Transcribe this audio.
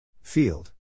Field